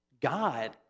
God